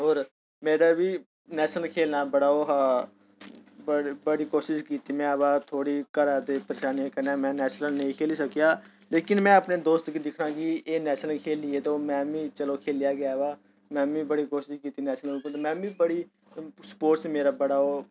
होर मेरा बी नेश्नल खेढना बड़ा ओह्हा पर बड़ी कोशिश कीती में बा थोह्ड़ी घरै दी परेशानी कन्नै में नेश्नल नेईं खेढी सकेआ लेकिन में अपने दोस्त गी दिक्खना कि एह् नेश्नल खेढियै ते हून में मीं चलो खेढेआ गै ऐ ते में मीं बड़ी कोशिश कीती में मी बड़ी स्पोर्टस मेरा बड़ा ओह्